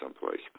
someplace